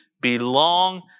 belong